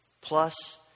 plus